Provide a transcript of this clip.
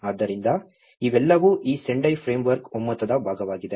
ಆದ್ದರಿಂದ ಇವೆಲ್ಲವೂ ಈ ಸೆಂಡೈ ಫ್ರೇಮ್ವರ್ಕ್ನ ಒಮ್ಮತದ ಭಾಗವಾಗಿದೆ